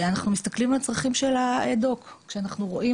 אנחנו מסתכלים על הצרכים שלה, אנחנו בונים